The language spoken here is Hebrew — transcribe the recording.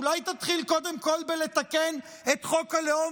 אולי תתחיל קודם כול בלתקן את חוק הלאום